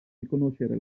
riconoscere